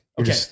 Okay